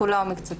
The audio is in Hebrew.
כולה או מקצתה,